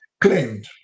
claimed